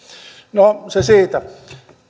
no se siitä